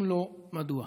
2. אם לא, מדוע?